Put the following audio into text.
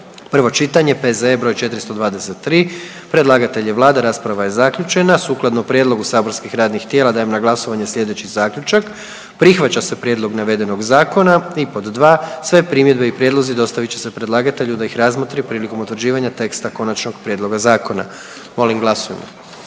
prvo čitanje, P.Z. br. 450, , predlagatelj je Vlada, rasprava je zaključena. Sukladno prijedlogu saborskih radnih tijela dajem na glasovanje sljedeći zaključak: „1. Prihvaća se prijedlog navedenog zakona i pod 2. Sve primjedbe i prijedlozi dostavit će se predlagatelju da ih razmotri prilikom utvrđivanja teksta konačnog prijedloga zakona.“ Molim glasujmo.